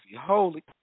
Holy